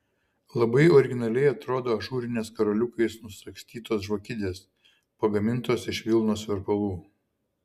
labai originaliai atrodo ažūrinės karoliukais nusagstytos žvakidės pagamintos iš vilnos verpalų